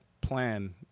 plan